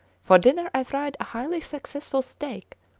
for dinner i fried a highly successful steak,